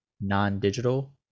non-digital